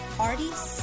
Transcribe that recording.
parties